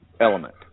element